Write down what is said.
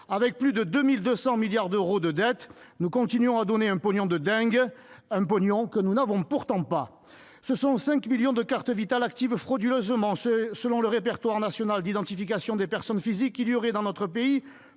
Avec plus de 2 200 milliards d'euros de dette, nous continuons de donner un « pognon de dingue », un « pognon » que nous n'avons pourtant pas ! Au total, 5 millions de cartes Vitale sont actives frauduleusement. Selon le répertoire national d'identification des personnes physiques, notre pays